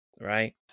right